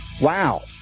Wow